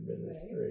Ministry